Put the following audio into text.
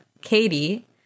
Katie